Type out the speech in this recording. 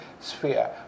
sphere